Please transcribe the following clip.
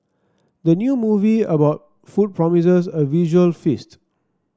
the new movie about food promises a visual feast